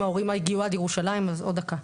אם ההורים הגיעו עד ירושלים, אז עוד דקה.